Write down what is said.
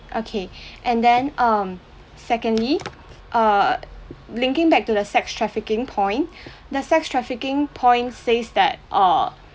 okay and then um secondly uh linking back to the sex trafficking point the sex trafficking point says that uh